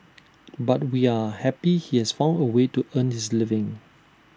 but we are happy he has found A way to earn his living